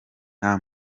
nta